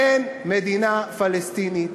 אין מדינה פלסטינית,